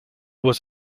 was